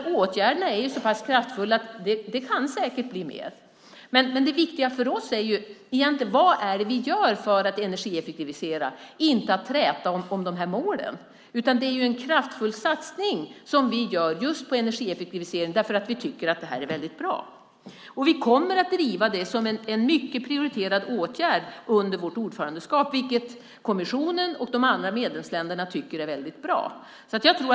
Åtgärderna är så pass kraftfulla att det säkert kan bli mer. Men det viktiga för oss är egentligen vad det är vi gör för att energieffektivisera, inte att träta om målen. Det är en kraftfull satsning som vi gör på energieffektivisering därför att vi tycker att det här är väldigt bra. Vi kommer att driva det som en mycket prioriterad åtgärd under vårt ordförandeskap, vilket kommissionen och de andra medlemsländerna tycker är väldigt bra.